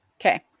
okay